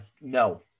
no